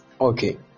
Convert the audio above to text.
Okay